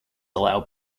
allow